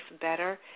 better